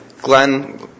Glenn